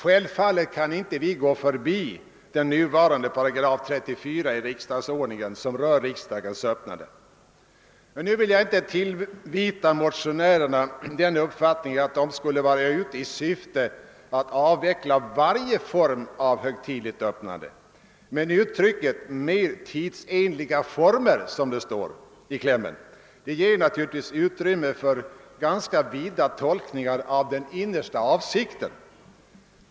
Självfallet kan vi inte gå förbi den nuvarande 34 § i riksdagsordningen som rör riksdagens öppnande. Nu vill jag inte tillvita motionärerna den uppfattningen att de skulle vara ute i syfte att avveckla varje form av högtidligt öppnande. Men uttrycket >mer tidsenliga former» ger utrymme för ganska vida tolkningar av den innersta avsikten.